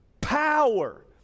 power